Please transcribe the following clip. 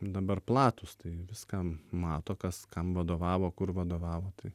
dabar platūs tai viską mato kas kam vadovavo kur vadovavo tai